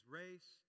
race